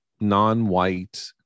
non-white